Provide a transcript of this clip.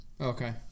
okay